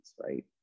right